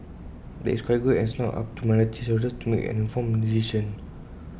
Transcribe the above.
that is quite good and it's now up to minority shareholders to make an informed decision